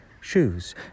shoes